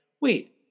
wait